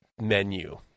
menu